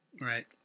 right